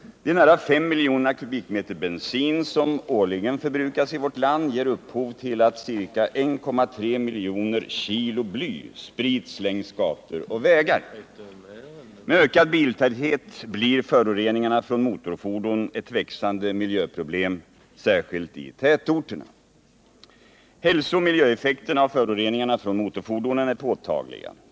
De nära 5 miljoner m? bensin som årligen förbrukas i vårt land ger upphov till att ca 1,3 miljoner kg bly sprids längs gator och vägar. Med ökad biltäthet blir föroreningarna från motorfordon ett växande miljöproblem, särskilt i tätorterna. Hälsooch miljöeffekterna av föroreningarna från motorfordonen är påtagliga.